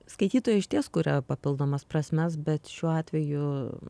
skaitytojai išties kuria papildomas prasmes bet šiuo atveju